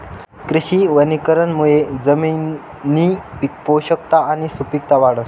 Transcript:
कृषी वनीकरणमुये जमिननी पोषकता आणि सुपिकता वाढस